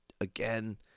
again